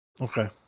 okay